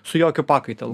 su jokiu pakaitalu